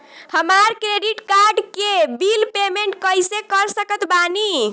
हमार credit card के bill payment कइसे कर सकत बानी?